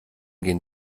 den